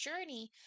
journey